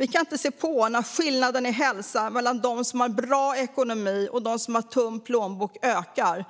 Vi kan inte se på när skillnaden i hälsa mellan dem som har bra ekonomi och de som har tunn plånbok ökar.